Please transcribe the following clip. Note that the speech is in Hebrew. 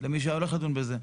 למי שהולך לדון בזה.